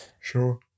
Sure